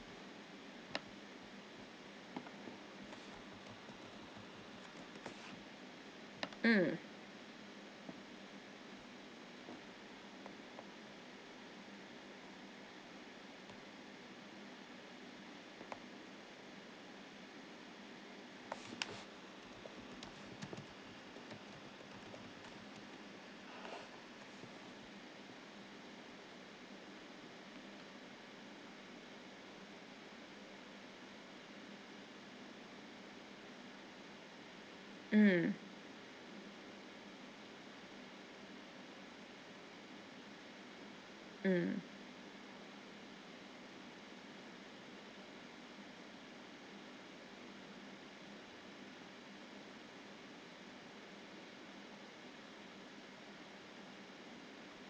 mm mm mm